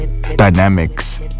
dynamics